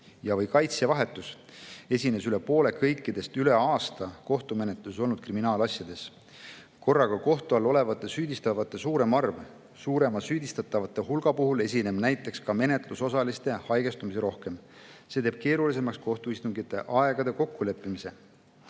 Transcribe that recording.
või kaitsja vahetus. Seda esines rohkem kui pooltes üle aasta kohtumenetluses olnud kriminaalasjas. Korraga kohtu all olevate süüdistatavate suurem arv. Suurema süüdistatavate hulga puhul esineb näiteks ka menetlusosaliste haigestumisi rohkem. See teeb keerulisemaks kohtuistungite aja kokkuleppimise.